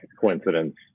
coincidence